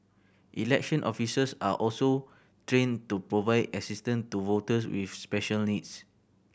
election officers are also trained to provide assistance to voters with special needs